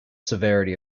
severity